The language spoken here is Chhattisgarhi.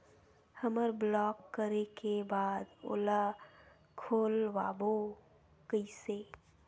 हमर ब्लॉक करे के बाद ओला खोलवाबो कइसे?